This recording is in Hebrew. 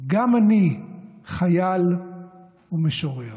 גם אני חייל ומשורר!